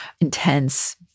intense